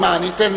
מה, אני אתן